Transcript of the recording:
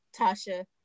Tasha